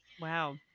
Wow